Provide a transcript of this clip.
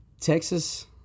Texas